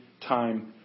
time